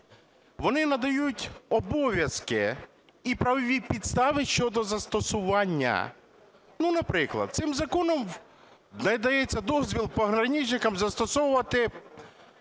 вони надають обов'язки і правові підстави щодо застосування. Ну наприклад, цим законом надається дозвіл прикордонникам застосовувати